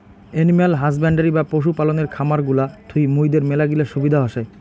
animal husbandry বা পশু পালনের খামার গুলা থুই মুইদের মেলাগিলা সুবিধা হসে